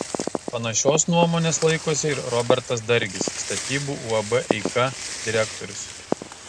panašios nuomonės laikosi ir robertas dargis statybų uab eika direktorius